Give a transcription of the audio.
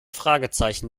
fragezeichen